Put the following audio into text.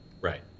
Right